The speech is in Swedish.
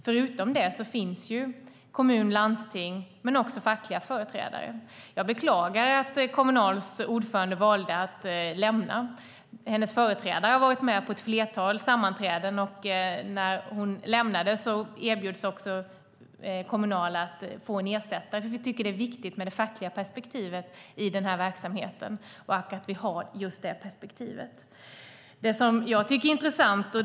Förutom dessa finns kommuner och landsting men också fackliga företrädare. Jag beklagar att Kommunals ordförande valde att lämna rådet. Hennes företrädare var med på ett flertal sammanträden. När hon lämnade sin plats erbjöds Kommunal att få en ersättare, för vi tycker att det är viktigt att vi har med det fackliga perspektivet i verksamheten.